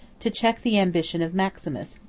to check the ambition of maximus,